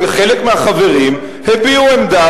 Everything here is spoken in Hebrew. חלק מהחברים הביעו עמדה,